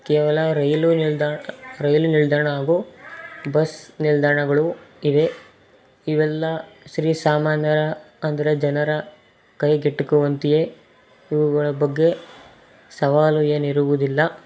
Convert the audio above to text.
ಕೇವಲ ರೈಲು ನಿಲ್ದಾಣ ರೈಲು ನಿಲ್ದಾಣ ಹಾಗೂ ಬಸ್ ನಿಲ್ದಾಣಗಳು ಇವೆ ಇವೆಲ್ಲ ಶ್ರೀ ಸಾಮಾನ್ಯರ ಅಂದರೆ ಜನರ ಕೈಗೆಟುಕುವಂತೆಯೇ ಇವುಗಳ ಬಗ್ಗೆ ಸವಾಲು ಏನಿರುವುದಿಲ್ಲ